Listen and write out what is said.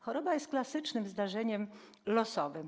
Choroba jest klasycznym zdarzeniem losowym.